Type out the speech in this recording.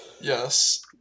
Yes